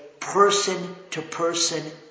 Person-to-person